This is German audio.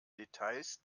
details